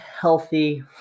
healthy